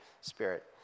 Spirit